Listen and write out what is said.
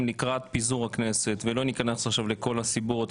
לקראת פיזור הכנסת ולא ניכנס עכשיו לסיבות,